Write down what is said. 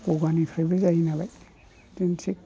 गगानिफ्रायबो जायो नालाय बिदिनोसै